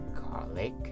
garlic